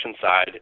side